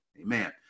Amen